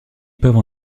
peuvent